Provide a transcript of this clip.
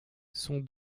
son